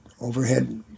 overhead